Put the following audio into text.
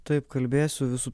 taip kalbėsiu visų